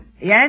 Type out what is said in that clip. Yes